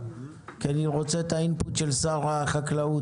כי אני רוצה את האינפוט של שר החקלאות.